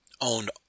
owned